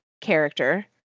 character